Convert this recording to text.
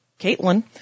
Caitlin